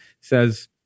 says